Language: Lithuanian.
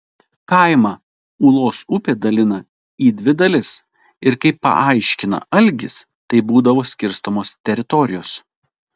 kaimą ūlos upė dalina į dvi dalis ir kaip paaiškina algis taip būdavo skirstomos teritorijos